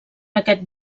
aquest